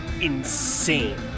insane